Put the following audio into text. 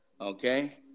okay